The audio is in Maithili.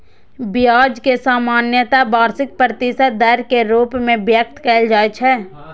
ब्याज कें सामान्यतः वार्षिक प्रतिशत दर के रूप मे व्यक्त कैल जाइ छै